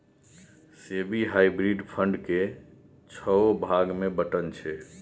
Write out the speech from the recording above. SEBI hybrid fund केँ छओ भाग मे बँटने छै